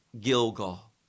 Gilgal